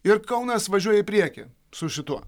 ir kaunas važiuoja į priekį su šituo